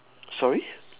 sorry